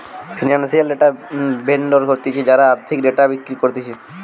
financial data vendor হতিছে যারা আর্থিক ডেটা বিক্রি করতিছে